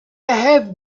have